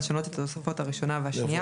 לשנות את התוספות הראשונה והשנייה,